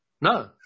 no